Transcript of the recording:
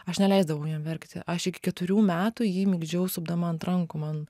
aš neleisdavau jam verkti aš iki keturių metų jį migdžiau supdama ant rankų man